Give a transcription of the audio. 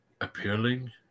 appealing